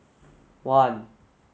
one